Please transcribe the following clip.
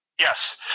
Yes